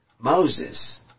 Moses